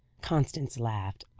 constance laughed.